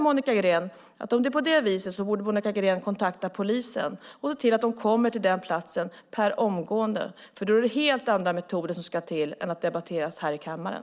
Om det är på det viset borde Monica Green kontakta polisen och se till att de kommer till den platsen per omgående, för då är det helt andra metoder som ska till än att debattera här i kammaren.